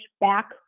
back